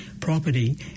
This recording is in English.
property